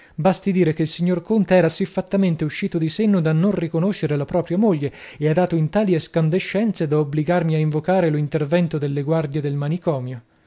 basti dire che il signor conte era siffattamente uscito di senno da non riconoscere la propria moglie e ha dato in tali escandescenze da obbligarmi ad invocare lo intervento delle guardie del manicomio